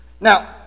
Now